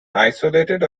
isolated